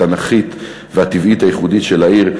התנ"כית והטבעית הייחודית של העיר,